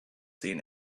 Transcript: seen